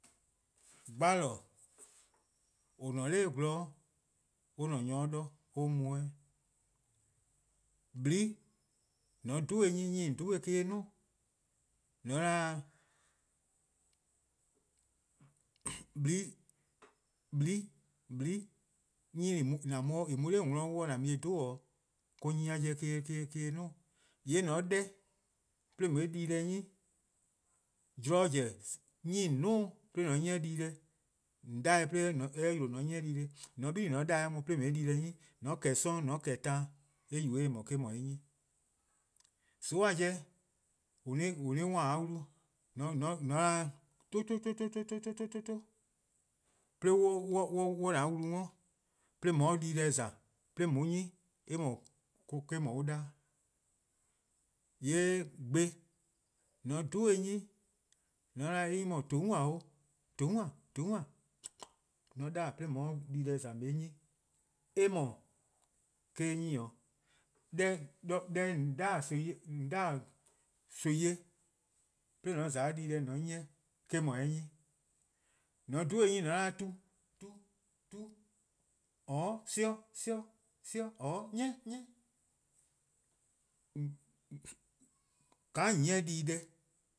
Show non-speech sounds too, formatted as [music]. Gbarlo: :or ne-a 'nor gwlor, :mor or-: nyor 'da-or or mu 'de 'weh, :blii' :mor 'dhu-dih-eh 'nyne, 'nyne :on 'dhu-dih-eh me-: eh 'duo:-'. [hesitation] :blii' 'nyne :en mu-a 'de :on worn 'wluh :an mu-eh 'dhu-dih-' me-: eh mu 'worn-'. :yee' :mor :on 'da-eh 'de :on 'ye-eh di-deh 'nyi, :mor zorn zen 'nyne :on 'duo-' 'de :on 'nyi-eh dii-deh, :on 'da-dih-eh [hesitation] 'de eh 'yle :on 'nyi-eh di-deh, :mor :on 'bili: :on 'da-dih on 'de :on 'ye-eh di-deh 'nyi, :mor no-eh kpor+ 'sororn' kpor+ taan, :yee' eh yubo-eh :eh :mu me-: 'dhu eh 'nyne-'. :soon'-a 'jeh [hesitation] an-a' 'worn-a :a wlu, [hesitation] :mor :on 'da 'cho, 'cho 'cho 'cho 'cho, [hesitation] 'de on 'ye :an-a' wlu 'worn,'de :on 'ye 'o di-deh :za :on 'ye-uh 'nyi [hesitation] eh-: 'dhu an 'da-'. :yee' gbe, :mor :on 'dhu-dih-eh 'nyne, :mor :on 'da eh 'nyne :mor :toonan' 'o, :toonan' 'o, :toonan' 'o 'tor,'tor 'de on 'ye-eh 'da 'de :on 'ye 'o de-deh :za :on 'ye-eh 'nyi, eh :mor eh-' 'nyne 'o. [hesitation] deh :on 'da-dih-a nimi-eh 'de :on 'ye 'o di-deh :za :on 'ye-eh 'nyi :yee' 'eh "nyne 'o. :mor :on 'dhu-dih-eh 'nyne :on 'da tu tu tu, or sobu' sobu' sobu, or 'ni 'ni 'ni, :ka :on 'nyi-eh dii-deh,